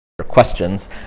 Questions